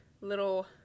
little